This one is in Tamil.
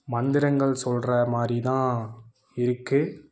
மந்திரங்கள் சொல்கிற மாதிரிதான் இருக்குது